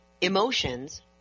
emotions